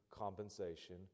compensation